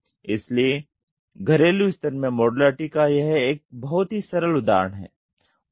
इसलिए घरेलू स्तर में मॉड्युलैरिटी का यह एक बहुत ही सरल उदाहरण है